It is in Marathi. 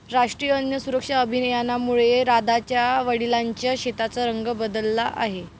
राष्ट्रीय अन्न सुरक्षा अभियानामुळे राधाच्या वडिलांच्या शेताचा रंग बदलला आहे